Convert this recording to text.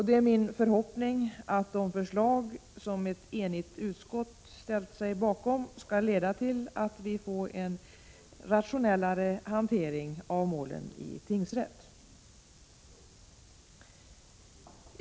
Det är min förhoppning att de förslag som ett enigt utskott har ställt sig bakom skall leda till en mera rationell hantering av målen i tingsrätt.